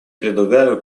предлагаю